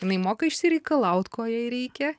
jinai moka išsireikalaut ko jai reikia